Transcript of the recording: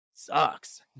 sucks